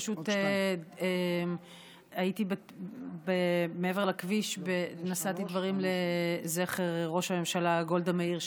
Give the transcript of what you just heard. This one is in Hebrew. פשוט הייתי מעבר לכביש ונשאתי דברים לזכר ראשת הממשלה גולדה מאיר,